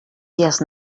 dies